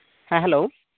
ᱦᱮᱸ ᱦᱮᱞᱳ